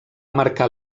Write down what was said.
marcar